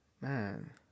Man